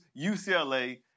UCLA